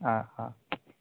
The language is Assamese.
অ' অ'